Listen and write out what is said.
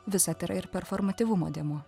visad yra ir performativumo dėmuo